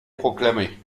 proclamée